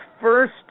first